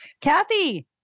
Kathy